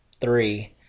three